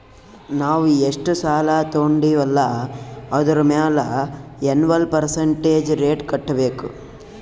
ನಾವ್ ಎಷ್ಟ ಸಾಲಾ ತೊಂಡಿವ್ ಅಲ್ಲಾ ಅದುರ್ ಮ್ಯಾಲ ಎನ್ವಲ್ ಪರ್ಸಂಟೇಜ್ ರೇಟ್ ಕಟ್ಟಬೇಕ್